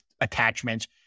attachments